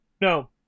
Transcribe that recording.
No